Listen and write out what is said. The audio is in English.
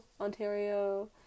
Ontario